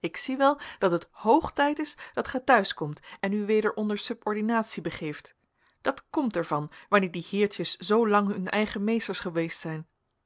ik zie wel dat het hoog tijd is dat gij te huis komt en u weder onder subordinatie begeeft dat komt er van wanneer die heertjes zoo lang hun eigen meesters geweest zijn